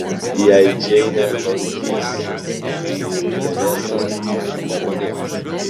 jei džeinė palaikys jį plevėsa tebūnie